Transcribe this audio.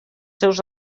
seus